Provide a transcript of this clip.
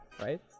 right